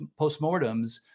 postmortems